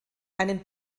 einen